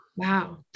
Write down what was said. Wow